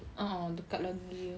a'ah dekat lagi